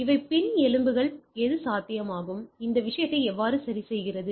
இவை பின் எலும்பில் இது சாத்தியமாகும் இது விஷயத்தை எவ்வாறு சரிசெய்கிறது